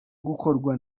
gukorwa